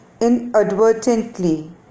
inadvertently